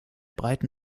breiten